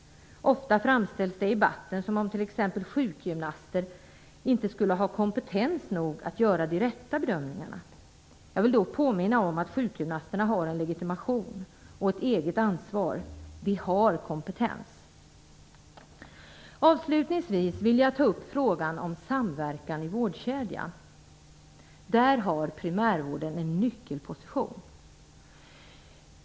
Ofta framställs det i debatten som om exempelvis sjukgymnaster inte skulle ha kompetens nog att göra de rätta bedömningarna. Jag vill då påminna om att sjukgymnasterna har en legitimation och ett eget ansvar. De har kompetens. Avslutningsvis vill jag ta upp frågan om samverkan i vårdkedjan. Där har primärvården en nyckelposition.